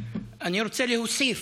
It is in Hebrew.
רוצה להוסיף.